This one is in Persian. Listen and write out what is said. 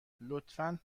لطفا